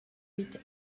huit